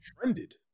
trended